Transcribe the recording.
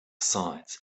sides